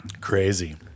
Crazy